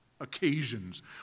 occasions